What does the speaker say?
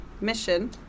mission